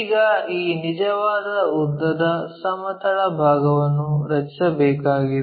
ಈಗ ಈ ನಿಜವಾದ ಉದ್ದಗಳ ಸಮತಲ ಭಾಗವನ್ನು ರಚಿಸಬೇಕಾಗಿದೆ